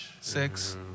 six